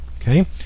okay